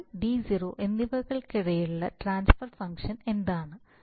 Y d0 എന്നിവയ്ക്കിടയിലുള്ള transfer function എന്താണ്